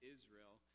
Israel